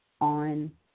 on